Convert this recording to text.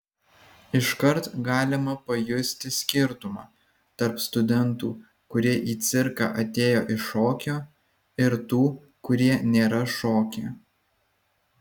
iškart galima pajusti skirtumą tarp studentų kurie į cirką atėjo iš šokio ir tų kurie nėra šokę